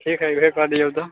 ठीक हय एकरे कऽ दियौ तऽ